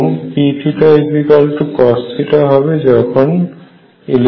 এবং Pcosθ হবে যখন l1